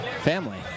family